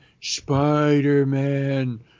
Spider-Man